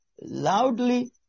loudly